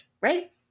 right